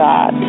God